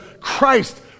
Christ